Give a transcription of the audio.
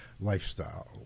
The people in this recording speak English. lifestyle